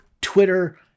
Twitter